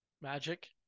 magic